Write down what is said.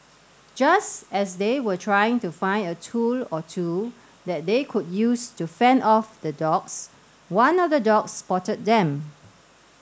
just as they were trying to find a tool or two that they could use to fend off the dogs one of the dogs spotted them